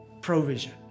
provision